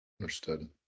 Understood